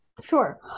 sure